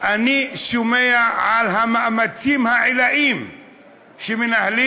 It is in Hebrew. אני שומע על המאמצים העילאיים שמנהלים